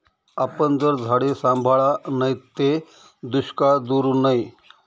आपन जर झाडे सांभाळा नैत ते दुष्काळ दूर नै